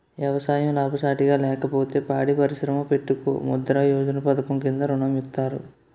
ఎవసాయం లాభసాటిగా లేకపోతే పాడి పరిశ్రమ పెట్టుకో ముద్రా యోజన పధకము కింద ఋణం ఇత్తారు